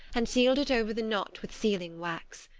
and sealed it over the knot with sealing-wax,